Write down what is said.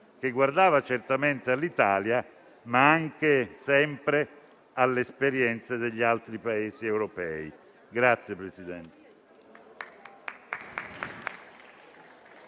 che guardava certamente all'Italia, ma anche e sempre alle esperienze degli altri Paesi europei.